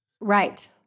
Right